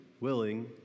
willing